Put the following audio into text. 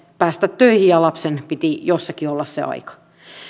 päästä töihin ja lapsen piti jossakin olla se aika